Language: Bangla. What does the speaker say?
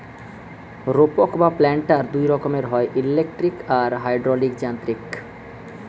রোপক বা প্ল্যান্টার দুই রকমের হয়, ইলেকট্রিক আর হাইড্রলিক যান্ত্রিক